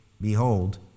Behold